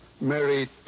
Mary